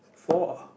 four